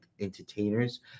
entertainers